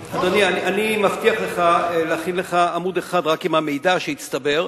אני מבטיח לך להכין לך רק עמוד אחד עם המידע שהצטבר,